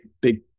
big